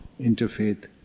interfaith